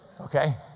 Okay